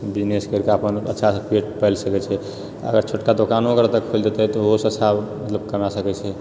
business करि कऽ अपन अच्छासँ पेट पालि सकैत छै अगर छोटका दोकानो अगर ओतऽ खोलि देतै तऽ ओहोसँ कमाए सकैत छै